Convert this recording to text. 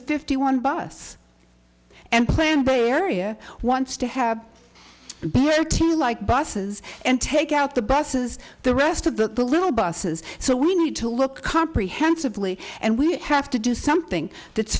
the fifty one bus and plan bay area wants to have a barrier to like buses and take out the buses the rest of the little buses so we need to look comprehensibly and we have to do something that's